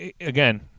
again